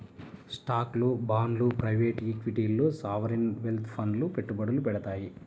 స్టాక్లు, బాండ్లు ప్రైవేట్ ఈక్విటీల్లో సావరీన్ వెల్త్ ఫండ్లు పెట్టుబడులు పెడతాయి